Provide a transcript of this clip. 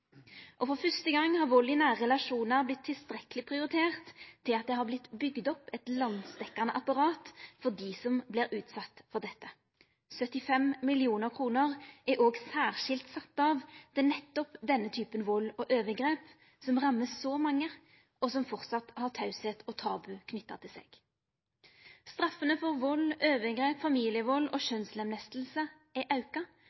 For første gong har vald i nære relasjonar vorte tilstrekkeleg prioritert til at det har vorte bygt opp eit landsdekkjande apparat for dei som vert utsette for dette. 75 mill. kr er òg særskilt sette av til nettopp denne typen vald og overgrep som rammar så mange, og som framleis har tausheit og tabu knytt til seg. Straffene for vald, overgrep, familievald og kjønnslemlesting er auka,